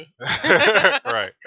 Right